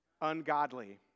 ungodly